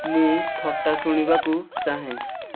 ମୁଁ ଥଟ୍ଟା ଶୁଣିବାକୁ ଚାହେଁ